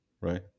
right